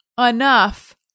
enough